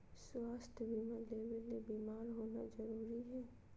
स्वास्थ्य बीमा लेबे ले बीमार होना जरूरी हय?